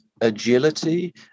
agility